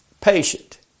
patient